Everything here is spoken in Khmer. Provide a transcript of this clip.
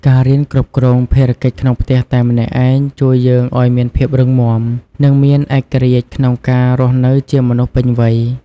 ការរៀនគ្រប់គ្រងភារកិច្ចក្នុងផ្ទះតែម្នាក់ឯងជួយយើងឱ្យមានភាពរឹងមាំ និងមានឯករាជ្យក្នុងការរស់នៅជាមនុស្សពេញវ័យ។